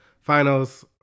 finals